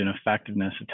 effectiveness